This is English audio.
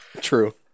True